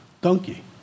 donkey